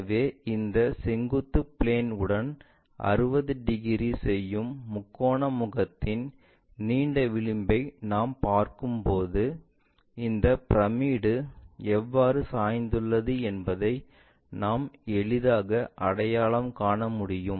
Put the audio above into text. எனவே இந்த செங்குத்து பிளேன்உடன் 60 டிகிரி செய்யும் முக்கோண முகத்தின் நீண்ட விளிம்பை நாம் பார்க்கும்போது இந்த பிரமிடு எவ்வாறு சாய்ந்துள்ளது என்பதை நாம் எளிதாக அடையாளம் காண முடியும்